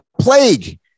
plague